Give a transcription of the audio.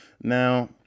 now